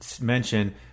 mention